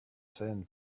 sand